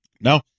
No